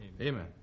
Amen